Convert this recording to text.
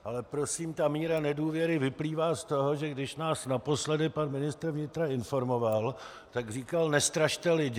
Ale prosím, ta míra nedůvěry vyplývá z toho, že když nás naposledy pan ministr vnitra informoval, tak říkal: Nestrašte lidi.